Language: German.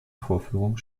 vorführungen